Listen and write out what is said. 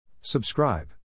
Subscribe